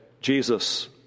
Jesus